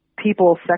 people